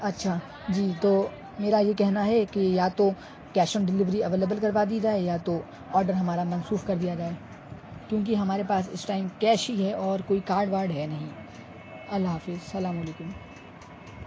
اچھا جی تو میرا یہ کہنا ہے کہ یا تو کیش آن ڈیلیوری اویلیبل کروا دی جائے یا تو آرڈر ہمارا منسوخ کر دیا جائے کیونکہ ہمارے پاس اس ٹائم کیش ہی ہے اور کوئی کارڈ وارڈ ہے نہیں اللہ حافظ سلام علیکم